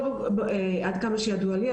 עד כמה שידוע לי,